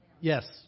Yes